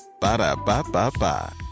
Ba-da-ba-ba-ba